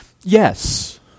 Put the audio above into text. Yes